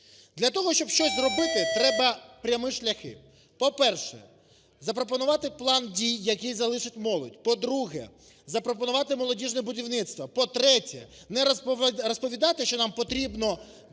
Для того, щоб щось зробити, треба прямі шляхи. По-перше, запропонувати план дій, який залишить молодь. По-друге, запропонувати молодіжне будівництво. По-третє, не розповідати, що нам потрібно думати,